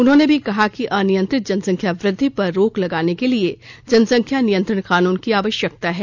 उन्होंने भी कहा कि अनियंत्रित जनसंख्या वृद्धि पर रोक लगाने के लिए जनसंख्या नियंत्रण कानून की आवश्यकता है